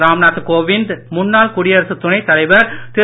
ராம் நாத் கோவிந்த் முன்னாள் குடியரசு துணை தலைவர் திரு